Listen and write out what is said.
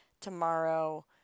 tomorrow